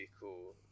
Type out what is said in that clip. cool